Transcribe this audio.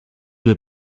due